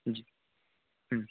जी